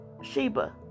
Sheba